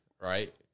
right